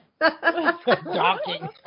Docking